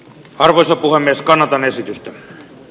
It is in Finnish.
arvoisa puhemies kannatan esitystä